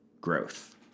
growth